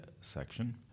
section